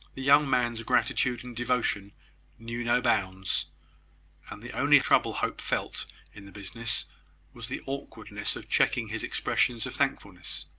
the young man's gratitude and devotion knew no bounds and the only trouble hope felt in the business was the awkwardness of checking his expressions of thankfulness.